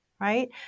right